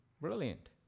brilliant